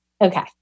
okay